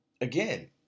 again